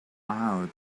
out